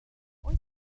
oes